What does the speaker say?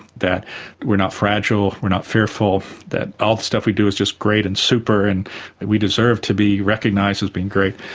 that we're not fragile, we're not fearful, that all the stuff we do is just great and super and we deserve to be recognised as being great.